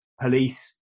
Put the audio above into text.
police